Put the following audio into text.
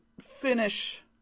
finish